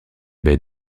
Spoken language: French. baie